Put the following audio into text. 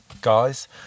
guys